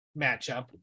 matchup